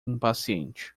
impaciente